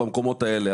במקומות האלה.